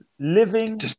Living